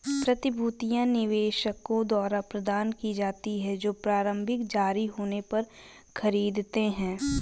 प्रतिभूतियां निवेशकों द्वारा प्रदान की जाती हैं जो प्रारंभिक जारी होने पर खरीदते हैं